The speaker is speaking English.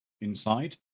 inside